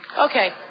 Okay